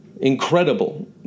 incredible